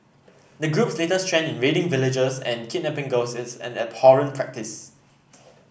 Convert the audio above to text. the group's latest trend in raiding villages and kidnapping girls is an abhorrent practice